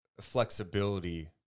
flexibility